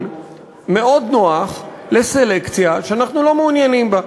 מאוד נוח לסלקציה שאנחנו לא מעוניינים בה.